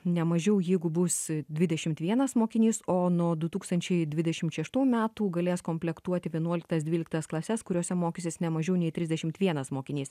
nemažiau jeigu bus dvidešimt vienas mokinys o nuo du tūkstančiai dvidešim šeštų metų galės komplektuoti vienuoliktas dvyliktas klases kuriose mokysis ne mažiau nei trisdešimt vienas mokinys